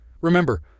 Remember